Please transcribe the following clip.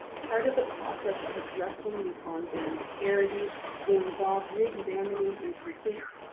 part of the process of addressing these ongoing disparities will involve reexamining incomplete,